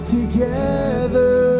together